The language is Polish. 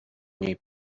niej